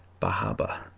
bahaba